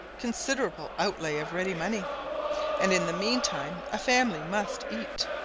considerable outlay of ready money and in the mean time a family must eat.